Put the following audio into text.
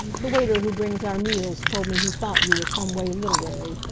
the waiter who brings our meals told me he thought you were some way literary,